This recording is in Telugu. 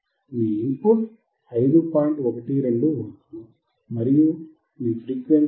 12 V మరియు మీ ఫ్రీక్వెన్సీ 159